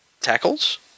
tackles